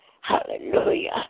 Hallelujah